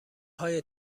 های